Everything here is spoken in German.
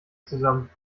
zusammen